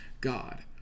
God